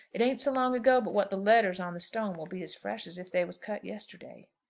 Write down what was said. it ain't so long ago but what the letters on the stone will be as fresh as if they were cut yesterday.